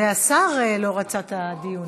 זה השר לא רצה את הדיון.